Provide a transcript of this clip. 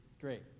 Great